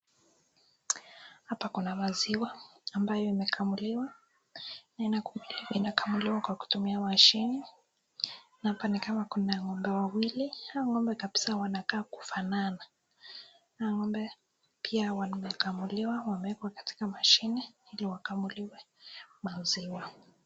Hapa kuna maziwa ambayo imekamuliwa na ina kamuliwa kwa kutumia mashini na hapa nikama kuna ng'ombe wawili. Hawa ng'ombe kabisa wanakaa kufanana na ng'ombe pia wamekamuliwa wameekwa katika mashini ili wakamuliwe maziwa.